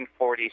1940s